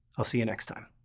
i'll see you next time.